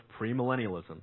premillennialism